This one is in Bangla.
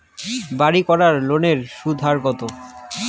বাড়ির করার লোনের সুদের হার কত?